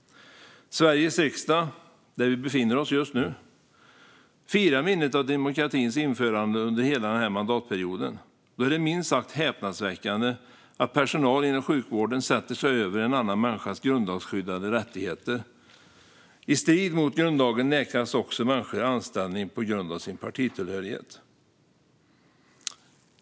Sveriges riksdag, där vi befinner oss just nu, firar minnet av demokratins införande under hela den här mandatperioden. Då är det minst sagt häpnadsväckande att personal inom sjukvården sätter sig över en annan människas grundlagsskyddade rättigheter. I strid med grundlagen nekas också människor anställning på grund av sin partitillhörighet.